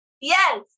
Yes